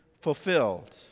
fulfilled